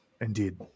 Indeed